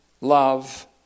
love